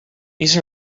these